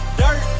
dirt